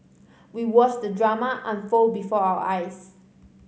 we watched the drama unfold before our eyes